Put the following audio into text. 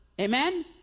amen